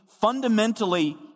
fundamentally